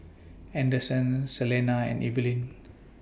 Anderson Celena and Evelin